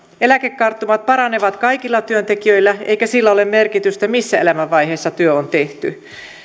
eläkekarttumat paranevat kaikilla työntekijöillä eikä sillä ole merkitystä missä elämänvaiheessa työ on tehty